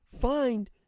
find